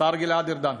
השר גלעד ארדן,